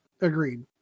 agreed